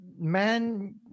man